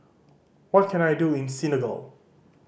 what can I do in Senegal